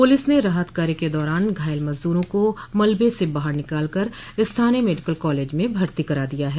police ने राहत कार्य के दौरान घायल मजदूरों को मलबे से बाहर निकाल कर स्थानीय मेडिकल कॉलेज में भर्ती करा दिया है